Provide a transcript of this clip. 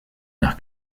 nach